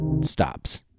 stops